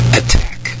attack